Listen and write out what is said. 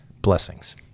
Blessings